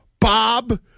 Bob